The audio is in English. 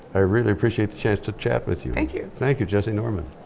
i really appreciate the chance to chat with you thank you thank you jesse norman